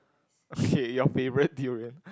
okay your favourite durian